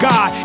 God